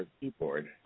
keyboard